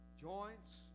joints